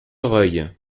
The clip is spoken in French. reuil